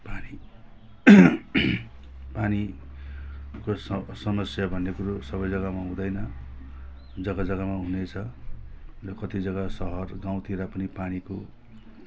पानी पानीको समस्या भन्ने कुरो सबै जगामा हुँदैन जगा जगामा हुँदैछ यो कति जगा सहर गाउँतिर पनि पानीको